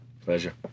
Pleasure